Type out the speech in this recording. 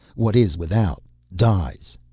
what is without dies,